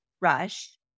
rush